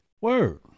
Word